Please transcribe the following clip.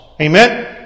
Amen